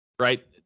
right